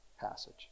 passage